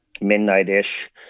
midnight-ish